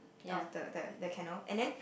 of the the cannot and then